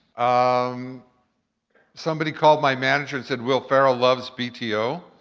um somebody called my manager and said will ferrell loves bto.